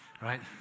right